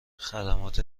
خدمات